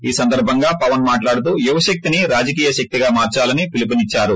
ఈ సందర్బంగా పవస్ మాట్లాడుతూ యువశక్తిని రాజకీయ శక్తిగా మార్చాలని పిలుపునిచ్చారు